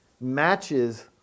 matches